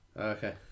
Okay